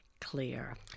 clear